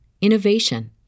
innovation